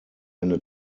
eine